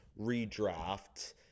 redraft